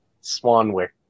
Swanwick